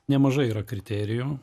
nemažai yra kriterijų